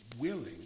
willing